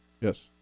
yes